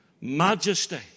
Majesty